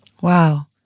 Wow